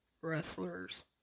wrestlers